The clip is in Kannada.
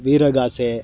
ವೀರಗಾಸೆ